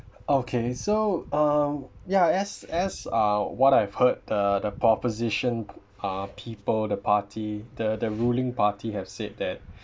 okay so uh ya as as uh what I've heard the the proposition uh people the party the the ruling party have said that